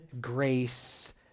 grace